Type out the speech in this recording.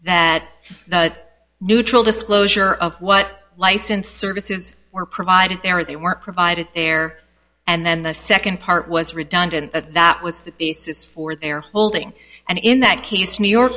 fact that neutral disclosure of what license services are provided they weren't provided there and then the second part was redundant that was the basis for their holding and in that case new york